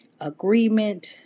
agreement